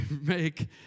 make